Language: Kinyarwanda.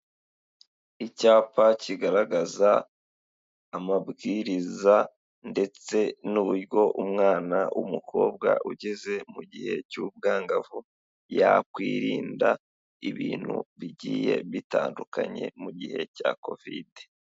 Icyapa kigaragaza amabwiriza ndetse n'uburyo umwana w'umukobwa ugeze mu gihe cy'ubwangavu, yakwirinda ibintu bigiye bitandukanye mu gihe cya kovide.